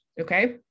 Okay